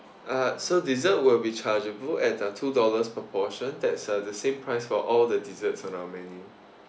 uh so dessert will be chargeable at uh two dollars per portion that's uh the same price for all the desserts on our menu